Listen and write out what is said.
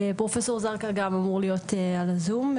פרופ' זרקא גם אמור להיות על הזום,